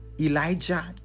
Elijah